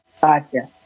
Gotcha